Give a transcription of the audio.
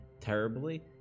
terribly